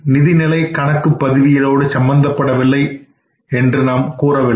நிதிநிலை கணக்குப்பதிவியலோடு சம்பந்தப்படவில்லை என்று நாம் கூறவில்லை